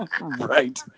Right